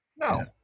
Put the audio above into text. No